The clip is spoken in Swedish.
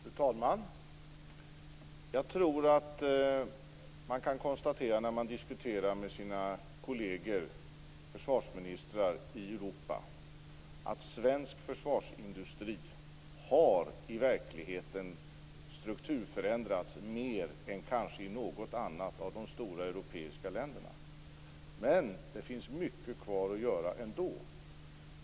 Fru talman! Jag tror att jag kan konstatera när jag diskuterar med mina kolleger som är försvarsministrar i Europa att svensk försvarsindustri har i verkligheten strukturförändrats mer än kanske i något annat av de stora europeiska länderna. Men det finns ändå mycket kvar att göra.